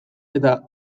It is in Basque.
eta